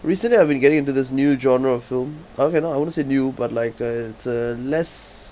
recently I've been getting into this new genre of film okay no I wouldn't say new but like uh it's a less